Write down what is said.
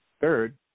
Third